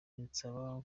binsaba